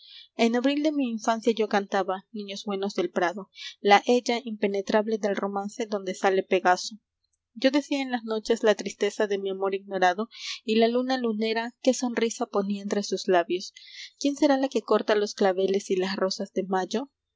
en abril de mi infancia yo cantaba niños buenos del prado la ella impenetrable del romance donde sale pegaso yo decía en las noches la tristeza de mi amor ignorado y la luna lunera qué sonrisa ponía entre sus labios quién será la que corta los claveles y las rosas de mayo